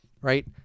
Right